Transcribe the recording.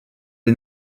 est